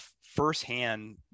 firsthand